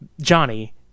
Johnny